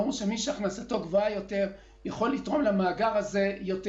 ברור שמי שהכנסתו גבוהה יותר יכול לתרום למאגר הזה יותר.